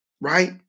Right